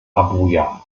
abuja